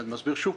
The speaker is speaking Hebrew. אני מסביר שוב.